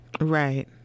Right